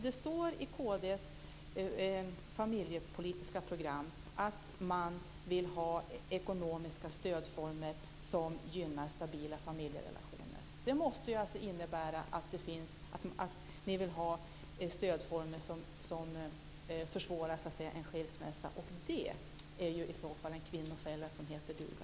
Det står i kd:s familjepolitiska program att ni vill ha ekonomiska stödformer som gynnar stabila familjerelationer. Det måste innebära att det ni vill ha stödformer som försvårar en skilsmässa. Det är i så fall en kvinnofälla som heter duga.